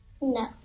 No